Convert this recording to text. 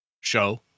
show